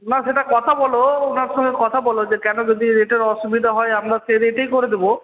না সেটা কথা বলো ওনার সঙ্গে কথা বলো যে কেন যদি রেটের অসুবিধা হয় আমরা সে রেটেই করে দেব